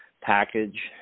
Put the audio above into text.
package